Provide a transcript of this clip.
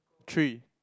three